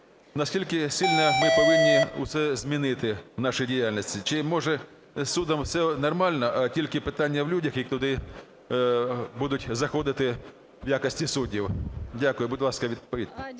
Наскільки сильно ми повинні все змінити в нашій діяльності? Чи може, з судом все нормально, а тільки питання в людях, які туди будуть заходити в якості суддів? Дякую. Будь ласка, відповідь.